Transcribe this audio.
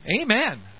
Amen